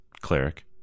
cleric